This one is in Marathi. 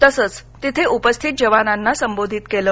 तसंच तिथे उपस्थित जवानांना संबोधित केलं